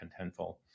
Contentful